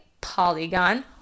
polygon